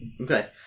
Okay